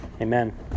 Amen